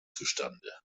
zustande